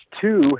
two